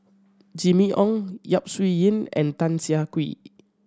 Jimmy Ong Yap Su Yin and Tan Siah Kwee